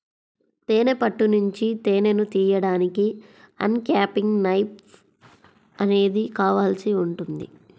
తేనె పట్టు నుంచి తేనెను తీయడానికి అన్క్యాపింగ్ నైఫ్ అనేది కావాల్సి ఉంటుంది